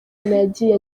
yagiye